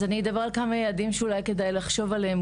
אז אני אדבר על כמה יעדים שאולי כדאי לחשוב עליהם